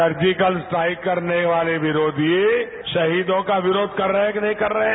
surgical strike करने वाले विरोधी शहीदों का विरोध कर रहे हैं कि नहीं कर रहे हैं